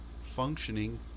functioning